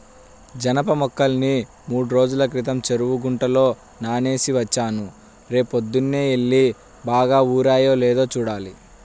జనప మొక్కల్ని మూడ్రోజుల క్రితం చెరువు గుంటలో నానేసి వచ్చాను, రేపొద్దన్నే యెల్లి బాగా ఊరాయో లేదో చూడాలి